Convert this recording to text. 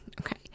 Okay